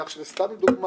כך שסתם לדוגמה,